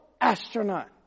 astronaut